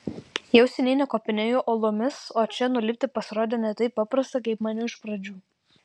jau seniai nekopinėju uolomis o čia nulipti pasirodė ne taip paprasta kaip maniau iš pradžių